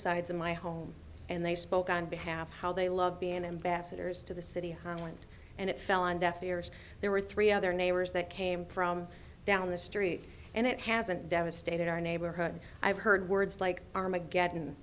sides of my home and they spoke on behalf of how they love being ambassadors to the city homeland and it fell on deaf ears there were three other neighbors that came from down the street and it hasn't devastated our neighborhood i've heard words like armageddon